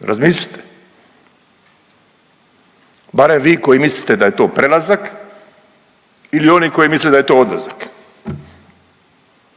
Razmislite, barem vi koji mislite da je to prelazak ili oni koji misle da je to odlazak.